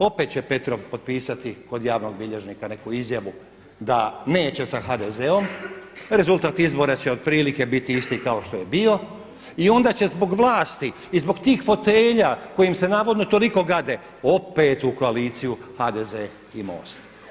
Opet će Petrov potpisati kod javnog bilježnika neku izjavu da neće sa HDZ-om, rezultat izbora će otprilike biti isti kao što je bio i onda će zbog vlasti i zbog tih fotelja koje im se navodno toliko gade, opet u koaliciju HDZ i MOST.